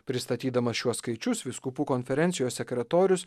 pristatydamas šiuos skaičius vyskupų konferencijos sekretorius